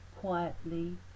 quietly